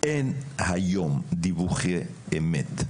אין היום דיווחי אמת,